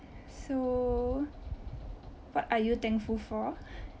so what are you thankful for